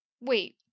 Wait